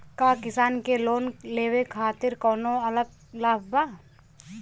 का किसान के लोन लेवे खातिर कौनो अलग लाभ बा?